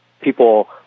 people